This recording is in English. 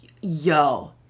yo